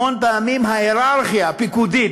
המון פעמים ההייררכיה הפיקודית,